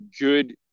good